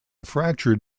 fractured